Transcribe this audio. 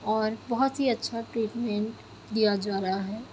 اور بہت ہی اچھا ٹریٹمنٹ دیا جارہا ہے